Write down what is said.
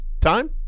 time